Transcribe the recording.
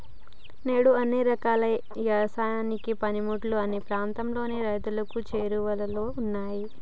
నేడు అన్ని రకాల యవసాయ పనిముట్లు అన్ని ప్రాంతాలలోను రైతులకు చేరువలో ఉన్నాయి